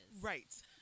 right